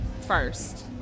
first